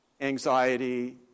Anxiety